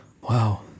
Wow